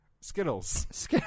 Skittles